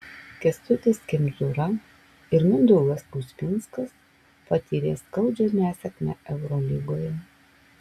kęstutis kemzūra ir mindaugas kuzminskas patyrė skaudžią nesėkmę eurolygoje